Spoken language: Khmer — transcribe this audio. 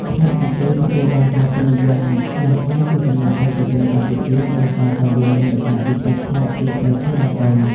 ផ្លែសាកេទទួលបានការពេញនិយមយ៉ាងខ្លាំងពីសំណាក់ប្រជាជនកម្ពុជាដោយសារតែវាមានលក្ខណៈពិសេសប្លែកពីផ្លែឈើដទៃ។